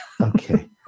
Okay